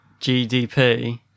gdp